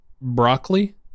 broccoli